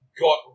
got